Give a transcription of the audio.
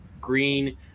green